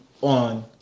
on